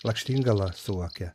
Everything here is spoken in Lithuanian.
lakštingala suvokė